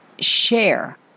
share